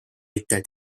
mitte